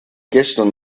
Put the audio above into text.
gestern